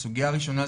הראשונה,